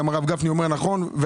גם הרב גפני אומר שזה נכון.